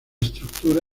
estructura